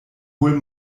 hol